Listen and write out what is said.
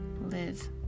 live